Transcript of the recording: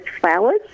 flowers